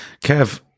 Kev